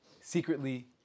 secretly